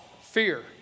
fear